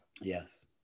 yes